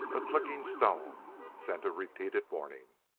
a clicking stone sent a repeated warning.